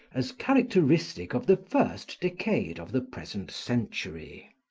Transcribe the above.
as characteristic of the first decade of the present century.